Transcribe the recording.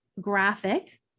graphic